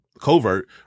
covert